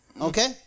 Okay